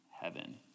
heaven